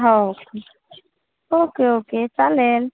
हो okay okay चालेल